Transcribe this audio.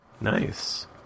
Nice